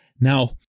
Now